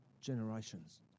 generations